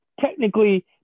Technically